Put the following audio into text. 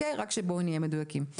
בואו נהיה מדויקים.